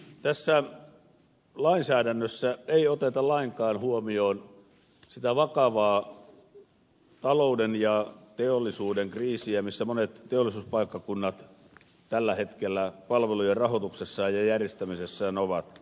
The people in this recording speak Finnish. tässä lainsäädännössä ei oteta lainkaan huomioon sitä vakavaa talouden ja teollisuuden kriisiä missä monet teollisuuspaikkakunnat tällä hetkellä palvelujen rahoituksessaan ja järjestämisessään ovat